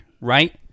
right